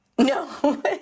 No